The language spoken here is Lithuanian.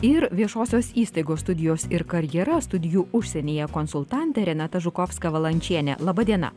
ir viešosios įstaigos studijos ir karjera studijų užsienyje konsultante renata žukovska valančiene laba diena